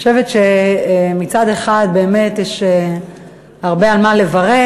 אני חושבת שמצד אחד באמת יש הרבה על מה לברך.